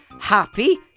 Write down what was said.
Happy